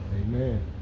Amen